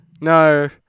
No